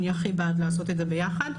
אני הכי בעד לעשות את זה ביחד.